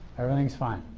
everything's fine.